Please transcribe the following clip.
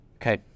Okay